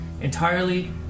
entirely